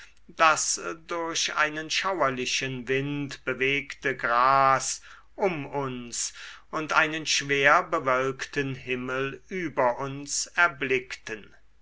das durch einen schauerlichen wind bewegte gras um uns und einen schwer bewölkten himmel über uns erblickten